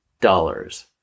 dollars